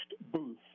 booth